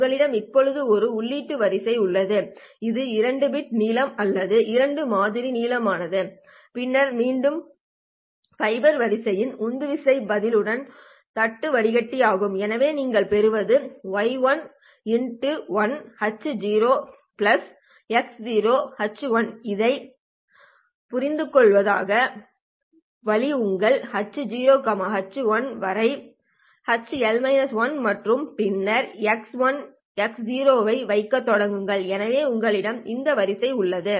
உங்களிடம் இப்போது ஒரு உள்ளீட்டு வரிசை உள்ளது இது இரண்டு பிட் நீளம் அல்லது இரண்டு மாதிரி நீளமானது பின்னர் மீண்டும் ஃபைபர் எச் என் வரிசையின் உந்துவிசை பதிலுடன் எல் தட்டு வடிகட்டி ஆகும் எனவே நீங்கள் பெறுவது y x h x h இதைப் புரிந்துகொள்வதற்கான வழி உங்கள் h h வரை h மற்றும் பின்னர் x x ஐ வைக்கத் தொடங்குங்கள் எனவே உங்களிடம் இந்த வரிசை உள்ளது